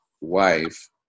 wife